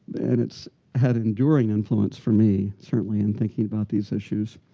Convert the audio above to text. and it's had an enduring influence for me, certainly, in thinking about these issues.